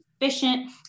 efficient